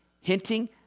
hinting